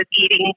eating